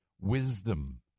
wisdom